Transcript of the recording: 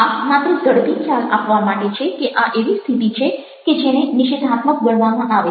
આ માત્ર ઝડપી ખ્યાલ આપવા માટે છે કે આ એવી સ્થિતિ છે કે જેને નિષેધાત્મક ગણવામાં આવે છે